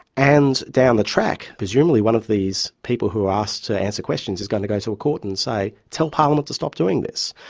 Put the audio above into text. and down the track, presumably one of these people who were asked to answer questions is going to go to a court and say tell parliament to stop doing this,